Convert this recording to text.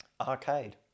Arcade